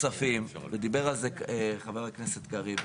דיבר על זה חבר הכנסת קריב,